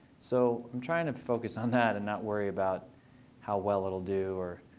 so i'm trying to focus on that and not worry about how well it'll do or